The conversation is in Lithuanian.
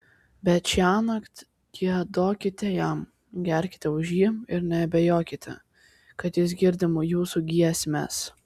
bet šiąnakt giedokite jam gerkite už jį ir neabejokite kad jis girdi jūsų giesmes